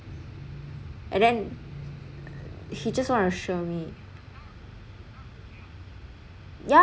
and then he just want to show me yeah